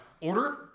order